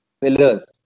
pillars